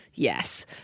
Yes